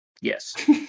Yes